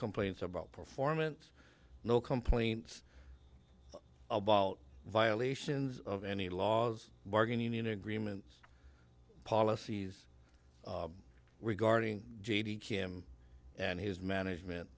complaints about performance no complaints about violations of any laws bargaining agreements policies regarding j d kim and his management